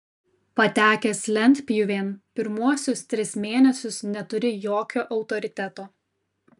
patekęs lentpjūvėn pirmuosius tris mėnesius neturi jokio autoriteto